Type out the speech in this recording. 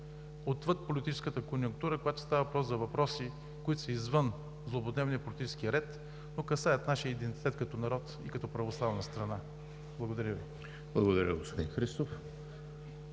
отвъд политическата конюнктура, когато става въпрос за въпроси, които са извън злободневния политически ред, но касаят нашия идентитет като народ и като православна страна. Благодаря Ви. ПРЕДСЕДАТЕЛ ЕМИЛ ХРИСТОВ: